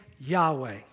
Yahweh